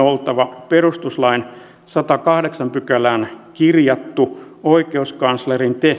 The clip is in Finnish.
oltava perustuslain sadanteenkahdeksanteen pykälään kirjattu oikeuskanslerin